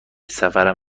سفرم